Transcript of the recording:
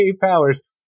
powers